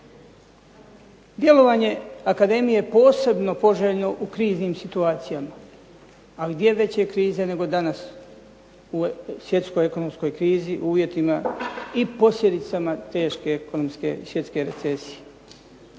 Djelovanje akademije je posebno poželjno u kriznim situacijama, a gdje veće krize nego danas u ovoj svjetskoj ekonomskoj krizi u uvjetima i posljedicama teške ekonomske svjetske recesije.